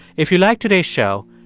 if you liked today's show,